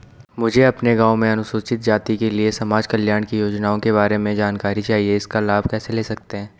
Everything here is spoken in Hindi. मुझे अपने गाँव में अनुसूचित जाति के लिए समाज कल्याण की योजनाओं के बारे में जानकारी चाहिए इसका लाभ कैसे ले सकते हैं?